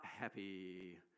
Happy